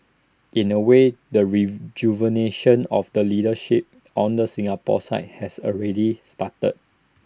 in A way the rejuvenation of leadership on the Singapore side has already started